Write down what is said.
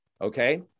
okay